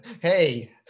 hey